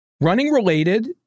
running-related